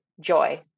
joy